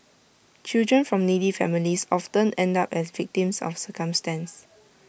children from needy families often end up as victims of circumstance